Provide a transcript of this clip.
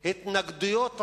התנגדויות רבות.